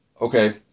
Okay